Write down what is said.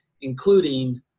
including